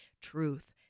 truth